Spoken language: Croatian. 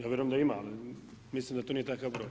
Ja vjerujem da ima, ali mislim da to nije takav broj.